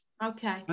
Okay